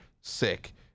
sick